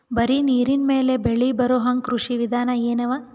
ಬರೀ ನೀರಿನ ಮೇಲೆ ಬೆಳಿ ಬರೊಹಂಗ ಕೃಷಿ ವಿಧಾನ ಎನವ?